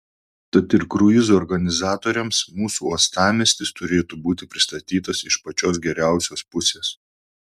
tad ir kruizų organizatoriams mūsų uostamiestis turėtų būti pristatytas iš pačios geriausios pusės